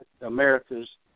America's